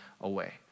away